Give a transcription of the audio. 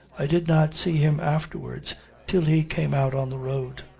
i did not see him afterwards till he came out on the road.